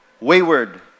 Wayward